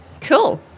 cool